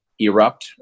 erupt